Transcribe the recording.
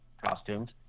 costumes